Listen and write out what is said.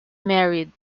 married